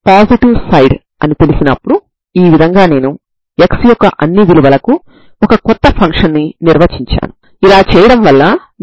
మీరు Xxekx కోసం చూస్తే k220 అవ్వడాన్ని మీరు చూడవచ్చు